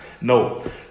No